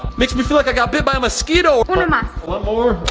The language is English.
makes me feel like i got bit by a mosquito. uno mas. one more,